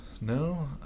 No